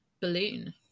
balloon